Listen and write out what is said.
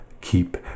keep